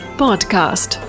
podcast